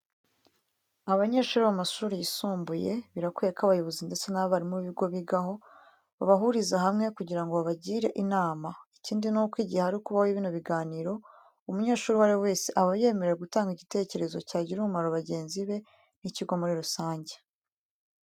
Abanyeshuri bo mu mashuri yisumbuye birakwiye ko abayobozi ndetse n'abarimu b'ibigo bigaho, babahuriza hamwe kugira ngo babagire inama. Ikindi nuko igihe hari kubaho bino biganiro, umunyeshuri uwo ari we wese aba yemerewe gutanga igitekerezo cyagirira umumaro bagenzi be n'ikigo muri rusange.